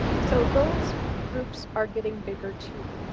so those groups are getting bigger, too.